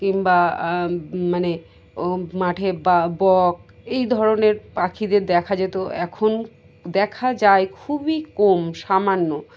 কিংবা মানে মাঠে বা বক এই ধরনের পাখিদের দেখা যেত এখন দেখা যায় খুবই কম সামান্য